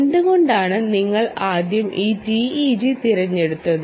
എന്തുകൊണ്ടാണ് നിങ്ങൾ ആദ്യം ഈ TEG തിരഞ്ഞെടുത്തത്